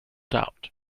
doubt